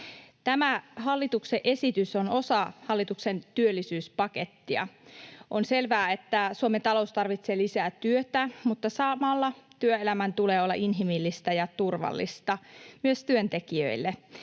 Tämä hallituksen esitys on osa hallituksen työllisyyspakettia. On selvää, että Suomen talous tarvitsee lisää työtä, mutta samalla työelämän tulee olla inhimillistä ja turvallista myös työntekijöille.